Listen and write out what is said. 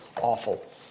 awful